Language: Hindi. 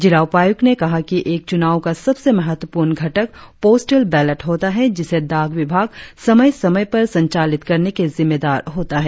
जिला उपायुक्त ने कहा कि एक चुनाव का सबसे महत्वपूर्ण घटक पोस्टल बैलट होता है जिसे डाक विभाग समय पर संचालित करने के जिम्मेदार होता है